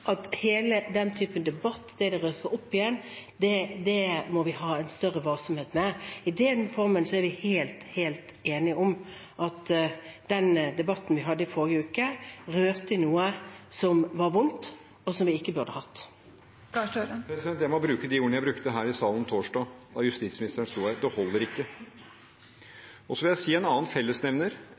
at hele den typen debatt, det å røre opp igjen, må vi ha større varsomhet med. I den formen er vi helt, helt enige om at den debatten vi hadde i forrige uke, rørte i noe som var vondt, og som vi ikke burde hatt. Jonas Gahr Støre – til oppfølgingsspørsmål. Jeg må bruke de ordene jeg brukte her i salen torsdag, da justisministeren sto her: Det holder ikke! Og så vil jeg si en annen fellesnevner,